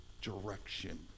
direction